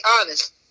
honest